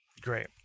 Great